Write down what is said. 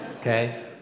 Okay